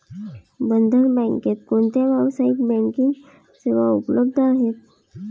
बंधन बँकेत कोणत्या व्यावसायिक बँकिंग सेवा उपलब्ध आहेत?